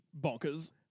bonkers